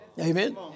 Amen